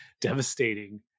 devastating